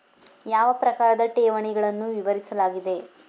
ಯಾವ ಪ್ರಕಾರದ ಠೇವಣಿಗಳನ್ನು ವಿವರಿಸಲಾಗಿದೆ?